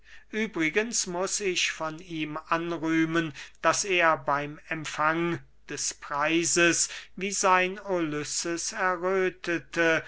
übrigens muß ich von ihm anrühmen daß er beym empfang des preises wie sein ulysses erröthete